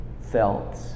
felt